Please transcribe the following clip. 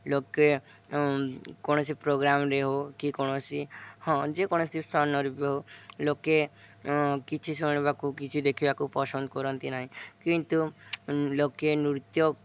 ଲୋକେ କୌଣସି ପ୍ରୋଗ୍ରାମ୍ରେ ହଉ କି କୌଣସି ହଁ ଯେକୌଣସି ହଉ ଲୋକେ କିଛି ଶୁଣିବାକୁ କିଛି ଦେଖିବାକୁ ପସନ୍ଦ କରନ୍ତି ନାହିଁ କିନ୍ତୁ ଲୋକେ ନୃତ୍ୟ